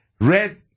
Red